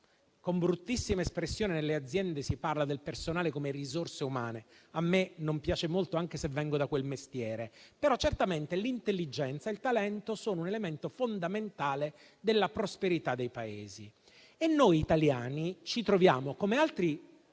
una bruttissima espressione nelle aziende si parla del personale come "risorse umane"; a me non piace molto, anche se vengo da quel mestiere, però certamente l'intelligenza e il talento sono un elemento fondamentale della prosperità dei Paesi. Noi italiani ci troviamo, come altri